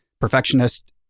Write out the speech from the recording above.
perfectionist